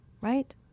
right